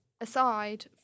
aside